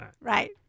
right